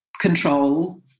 control